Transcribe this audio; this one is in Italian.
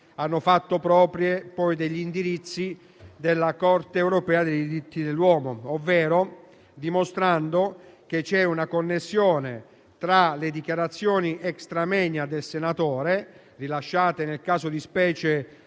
hanno fatto propri degli indirizzi della Corte europea dei diritti dell'uomo, dimostrando che c'è una connessione tra le dichiarazioni *extra moenia* del senatore, rilasciate nel caso di specie